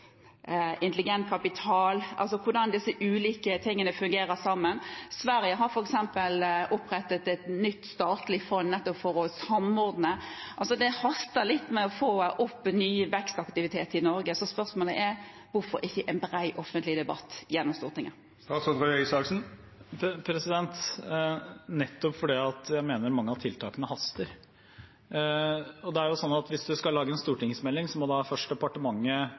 intelligent kapital, av hvordan disse ulike tingene fungerer sammen? Sverige har f.eks. opprettet et nytt statlig fond nettopp for å samordne. Det haster litt med å få opp ny vekstaktivitet i Norge, så spørsmålet er: Hvorfor ikke en bred offentlig debatt gjennom Stortinget? Det er nettopp fordi jeg mener mange av tiltakene haster. Hvis man skal lage en stortingsmelding, må departementet først skrive stortingsmeldingen – det er jo